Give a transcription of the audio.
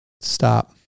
stop